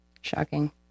Shocking